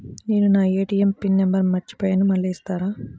నేను నా ATM PIN number మర్చిపోయాను మళ్ళీ ఇస్తారా?